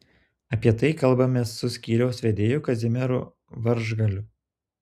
apie tai kalbamės su skyriaus vedėju kazimieru varžgaliu